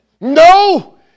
No